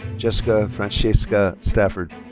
jessica fransheska stafford.